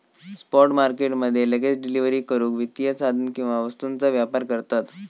spot market मध्ये लगेच delivery करूक वित्तीय साधन किंवा वस्तूंचा व्यापार करतत